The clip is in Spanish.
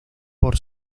por